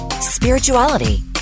spirituality